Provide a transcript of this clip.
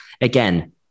Again